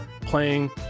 playing